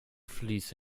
fleece